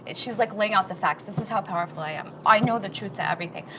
and she's like laying out the facts this is how powerful i am, i know the truth to everything,